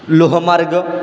लोहमार्ग